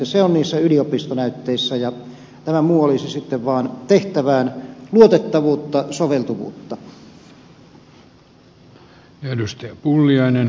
se on niissä yliopistonäytteissä ja tämä muu olisi sitten vain tehtävään luotettavuutta soveltuvuutta